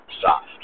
soft